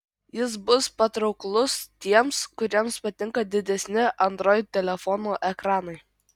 jis bus patrauklus tiems kuriems patinka didesni android telefonų ekranai